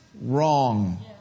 wrong